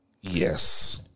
yes